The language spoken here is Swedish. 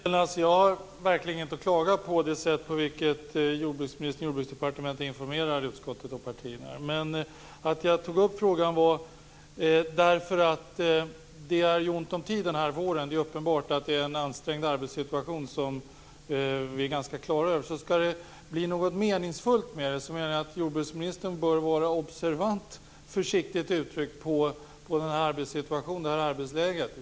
Fru talman! I den första delen vill jag säga att jag verkligen inte har någonting att klaga på när det gäller det sätt på vilket jordbruksministern och Jordbruksdepartementet informerar utskottet och partierna. Anledningen till att jag tog upp frågan är att det är ont om tid denna vår. Det är uppenbart att det är en ansträngd arbetssituation. Det är vi ganska klara över. Skall arbetet bli meningsfullt menar jag att jordbruksministern bör vara observant, försiktigt uttryckt, på arbetssituationen och arbetsläget.